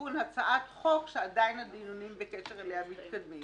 לתיקון הצעת חוק שעדיין הדיונים בקשר אליה מתקיימים.